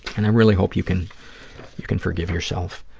and i really hope you can you can forgive yourself.